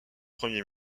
premier